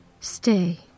Stay